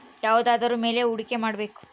ಯಾವುದರ ಮೇಲೆ ಹೂಡಿಕೆ ಮಾಡಬೇಕು?